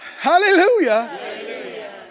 hallelujah